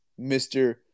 Mr